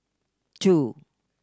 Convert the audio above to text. two